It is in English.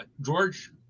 George